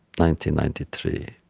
ninety ninety three,